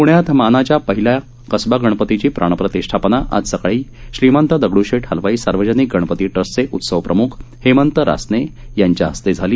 प्ण्यात मानाच्या पहिला कसबा गणपतीची प्राणप्रतिष्ठापना आज सकाळी श्रीमंत दगडुशेठ हलवाई सार्वजनिक गणपती ट्रस्टचे उत्सवप्रम्ख हेमंत रासने यांच्या हस्ते करण्यात आली